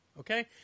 Okay